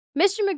Mr